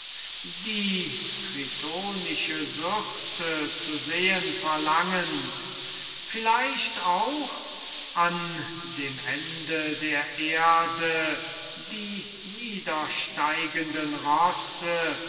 die tritonische syrte zu sehen verlangend vielleicht auch an dem ende der erde die niedersteigenden rosse